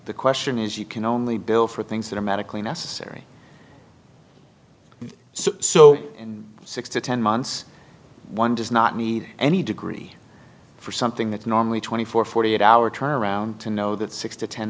the question is you can only bill for things that are medically necessary so six to ten months one does not need any degree for something that normally twenty four forty eight hour turnaround to know that six to ten